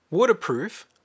Waterproof